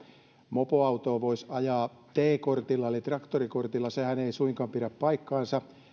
mopoautoa voisi ajaa t kortilla eli traktorikortilla sehän ei suinkaan pidä paikkaansa